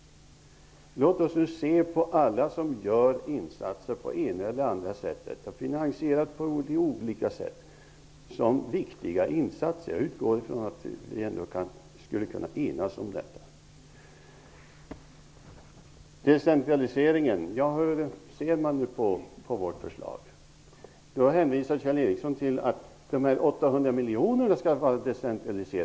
Låt oss nu se på alla insatser på det ena eller det andra området som finansieras på olika sätt som viktiga insatser! Jag utgår från att vi skulle kunna enas om detta. När det gäller decentralisering skulle jag vilja veta hur ni ser på vårt förslag. Kjell Ericsson hänvisar till att de 800 miljonerna gynnar decentraliseringen.